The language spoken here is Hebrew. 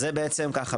זה ככה